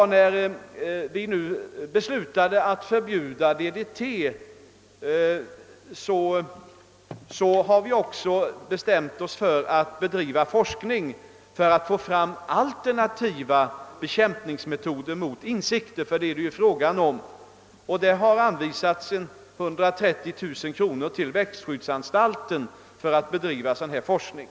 När vi beslutade att förbjuda DDT, bestämde vi oss också för att bedriva forskning för att få fram alternativa bekämpningsmedel mot insekter. 130 000 kronor har anvisats till växtskyddsanstalten för att bedriva sådan forskning.